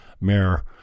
mayor